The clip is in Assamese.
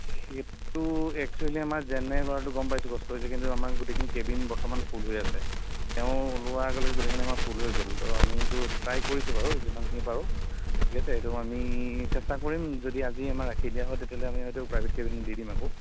সেইটো এক্সোৱেলি আমাৰ জেনেৰেল ৱাৰ্ড গম পাইছো কষ্ট হৈছে কিন্তু আমাৰ গোটেইখিনি কেবিন বৰ্তমান ফুল হৈ আছে তেওঁ ওলোৱা আগলৈকে গোটেইখিনি আমাৰ ফুল হৈ গ'ল ত' আমিতো ট্ৰাই কৰিছো বাৰু যিমানখিনি পাৰো ঠিক আছে এইটো আমি চেষ্টা কৰিম যদি আজি আমাৰ ৰাখি দিয়া হয় তেতিয়াহ'লে আমি হয়তো প্ৰাইভেত কেবিন দি দিম আকৌ